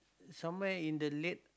some where in the late